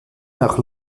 nach